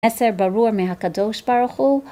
מסר ברור מהקדוש ברוך הוא